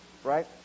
Right